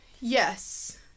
Yes